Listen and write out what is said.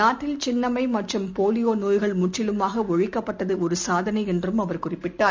நாட்டில் சின்னம்மைமற்றும் போலியோநோய்கள் முற்றிலுமாகஒழிக்கப்பட்டதுஒருசாதனைஎன்றும் அவர் குறிப்பிட்டார்